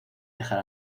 dejar